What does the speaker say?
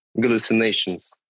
hallucinations